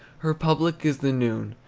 her public is the noon,